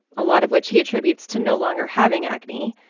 a lot of which he attributes to no longer having acne.